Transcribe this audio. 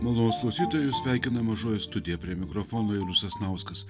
malonūs klausytojai jus sveikina mažoji studija prie mikrofono julius sasnauskas